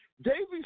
Davies